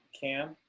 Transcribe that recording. Cam